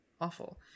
awful